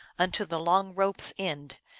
unto the long rope s end,